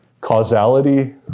causality